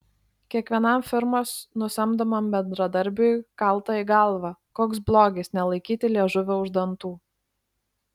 kiekvienam firmos nusamdomam bendradarbiui kalta į galvą koks blogis nelaikyti liežuvio už dantų